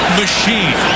machine